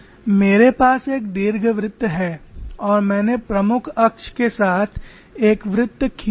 मेरे पास एक दीर्घवृत्त है और मैंने प्रमुख अक्ष के साथ एक वृत्त खींचा है